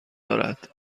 دارد